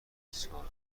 بسیار